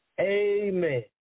Amen